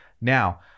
now